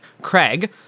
craig